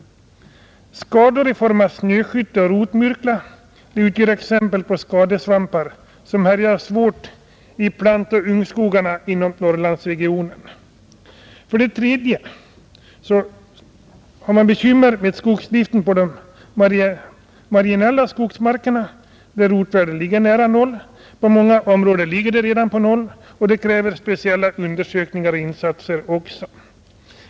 Snöskytte och rotmurkla utgör exempel på skadesvampar som härjar svårt i plantoch ungskogarna i Norrland. 3. Man har bekymmer med skogsdriften på de marginella skogsmarkerna, där rotvärdet ligger nära noll. I många områden ligger det redan på noll, och det kräver speciella undersökningar och insatser.